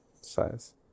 size